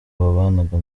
babanaga